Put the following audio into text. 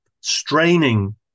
straining